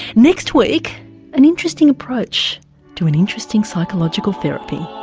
next week an interesting approach to an interesting psychological therapy